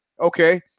Okay